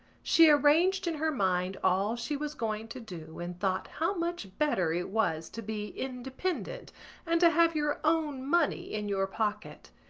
she arranged in her mind all she was going to do and thought how much better it was to be independent and to have your own money in your pocket.